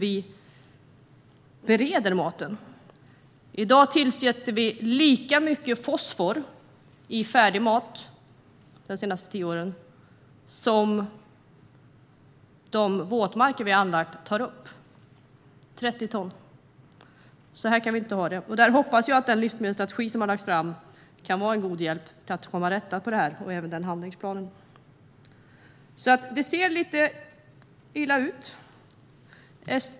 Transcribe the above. De senaste tio åren har vi tillsatt lika mycket fosfor i färdigmat som de våtmarker vi har anlagt tar upp, 30 ton. Så kan vi inte ha det. Jag hoppas att den livsmedelsstrategi och handlingsplan som har lagts fram kan vara en god hjälp för att komma till rätta med detta. Det ser lite illa ut.